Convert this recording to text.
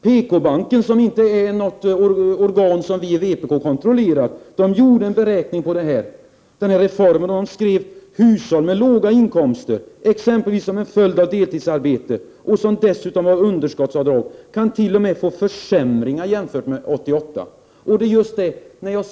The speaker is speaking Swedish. PKbanken, som inte är något organ som vi i vpk kontrollerar, gjorde en beräkning beträffande den här reformen och skrev att hushåll med låga inkomster, exempelvis som en följd av deltidsarbete, som dessutom har underskottsavdrag, t.o.m. kan få försämringar jämfört med 1988.